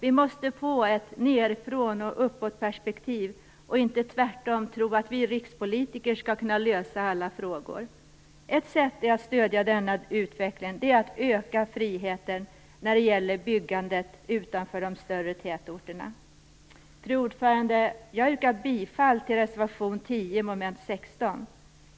Vi måste få ett nedifrån-och-uppåt-perspektiv och inte tvärtom tro att vi rikspolitiker skall kunna lösa alla frågor. Ett sätt att stödja denna utveckling är att öka friheten när det gäller byggandet utanför de större tätorterna. Fru talman! Jag yrkar bifall till reservation 10 mom. 16.